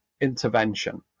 Intervention